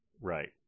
Right